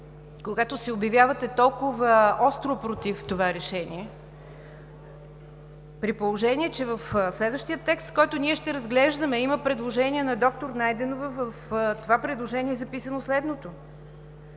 когато се обявявате толкова остро против това решение, при положение че в следващия текст, който ние ще разглеждаме, има предложение на доктор Найденова. В това предложение е записано следното: